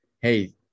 hey